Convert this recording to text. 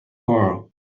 color